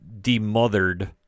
demothered